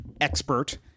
expert